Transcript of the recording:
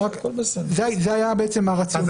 שזה היה הרציונל